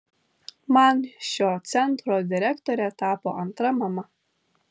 man šio centro direktorė tapo antra mama